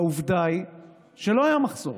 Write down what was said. עובדה היא שלא היה מחסור.